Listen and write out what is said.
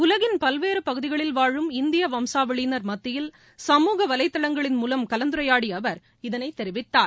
உலகின் பல்வேறுபகுதிகளில் வாழும் இந்தியவம்சாவளியினர் மத்தியில் சமூக வலைதளங்களின் மூவம் கலந்துரையாடிய அவர் இதனைத் தெரிவித்தார்